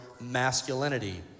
masculinity